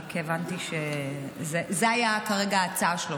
רק הבנתי שזו הייתה כרגע ההצעה שלו,